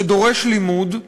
שדורש לימוד,